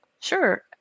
Sure